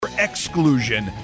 Exclusion